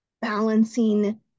balancing